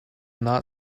not